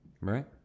right